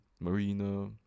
Marina